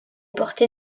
porté